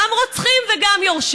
דיברו על